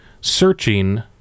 searching